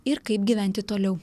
ir kaip gyventi toliau